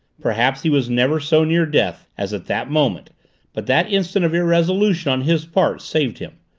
perhaps he was never so near death as at that moment but that instant of irresolution on his part saved him,